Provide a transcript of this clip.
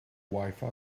wifi